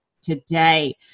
today